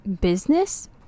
business